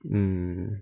mm